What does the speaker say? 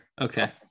Okay